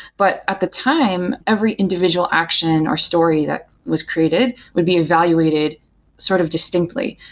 but at the time, every individual action or story that was created would be evaluated sort of distinctly.